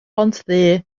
bontddu